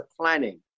planning